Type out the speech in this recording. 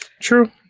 True